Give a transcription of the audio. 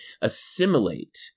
assimilate